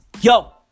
Yo